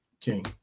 King